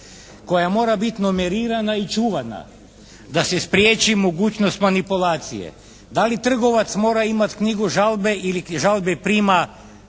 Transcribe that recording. koja mora biti numerirana i čuvana da se spriječi mogućnost manipulacije. Da li trgovac mora imati knjigu žalbe ili žalbe prima